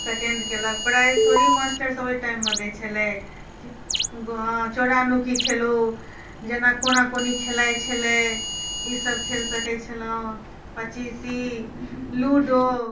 second कयलक prize थोड़ी मास्टरसभ ओहि टाइममे दैत छलै चोरा नुक्की खेलू जेना कोना कोनी खेलाइत छलै ईसभ खेल सकैत छलहुँ पचीसी लूडो